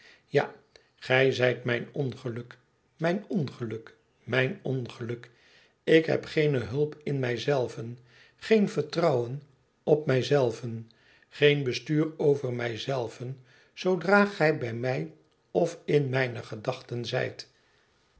a gij zijt mijn ongeluk mijnongeluk mijn ongeluk ik heb geene hulp in mij zelven geen vertrouwen op mij zelven geen bestuur over mij zelven zoodra gij bij mij of in mijne gedachten zijt